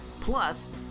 Plus